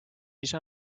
ise